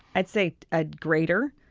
i'd say a grater,